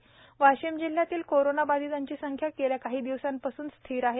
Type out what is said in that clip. शंभूराज देसाई वाशिम जिल्ह्यातील कोरोना बाधितांची संख्या गेल्या काही दिवसांपासून स्थिर आहे